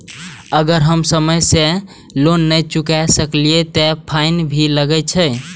अगर हम समय से लोन ना चुकाए सकलिए ते फैन भी लगे छै?